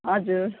हजुर